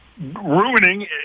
ruining